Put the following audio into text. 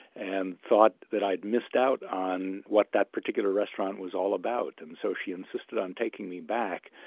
and thought that i'd missed out on what that particular restaurant was all about. and so she insisted on taking me back.